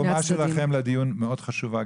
התרומה שלכן לדיון מאוד חשובה,